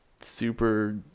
super